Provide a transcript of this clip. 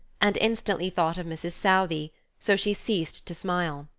and instantly thought of mrs. southey, so she ceased to smile.